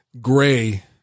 Gray